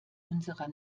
unserer